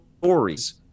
stories